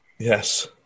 Yes